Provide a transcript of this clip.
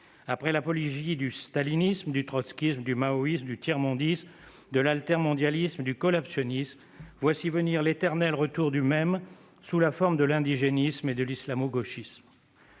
Après l'apologie du stalinisme, du trotskisme, du maoïsme, du tiers-mondisme, de l'altermondialisme, du collaptionisme, voici venir l'éternel retour du même sous la forme de l'indigénisme et de l'islamo-gauchisme.